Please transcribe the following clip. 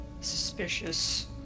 Suspicious